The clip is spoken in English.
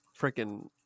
freaking